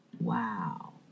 Wow